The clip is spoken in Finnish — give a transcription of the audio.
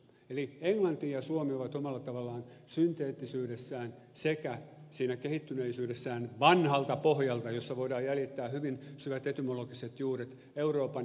eli englanti ja suomi ovat omalla tavallaan synteettisyydessään sekä siinä kehittyneisyydessään vanhalta pohjalta jossa voidaan jäljittää hyvin syvät etymologiset juuret euroopan harvinaisimmat kielet